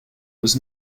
was